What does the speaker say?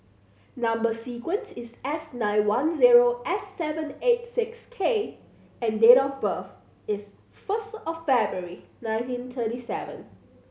number sequence is S nine one zero S seven eight six K and date of birth is first of February nineteen thirty seven